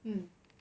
mm